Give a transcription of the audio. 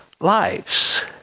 lives